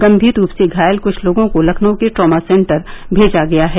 गम्मीर रूप से घायल कुछ लोगों को लखनऊ के ट्रामा सेंटर भेजा गया है